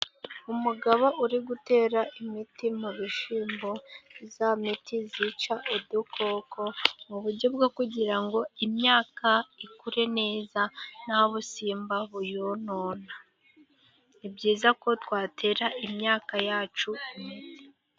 Umugabo uri gutera imiti mu bishyimbo, ya miti yica udukoko, mu buryo bwo kugira ngo imyaka ikure neza, nta busimba buyonona. Ni byiza ko twatera imyaka yacu,..